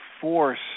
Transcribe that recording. force